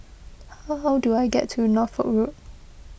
how how do I get to Norfolk Road